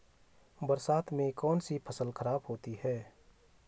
बरसात से कौन सी फसल खराब होती है?